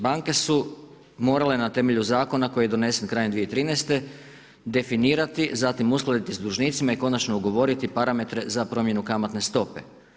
Banke su morale na temelju zakona koji je donesen krajem 2013. definirati, zatim uskladiti s dužnicima i konačno ugovoriti parametre za promjenu kamatne stope.